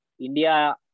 India